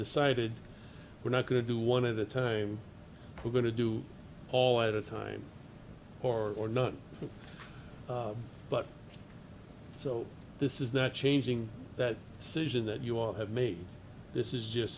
decided we're not going to do one of the time we're going to do all at a time or not but so this is not changing that situation that you all have made this is just